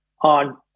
on